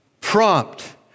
prompt